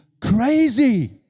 crazy